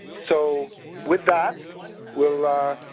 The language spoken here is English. so with that we'll ah,